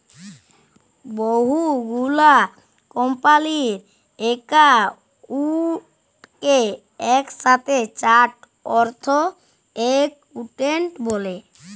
বহু গুলা কম্পালির একাউন্টকে একসাথে চার্ট অফ একাউন্ট ব্যলে